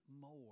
more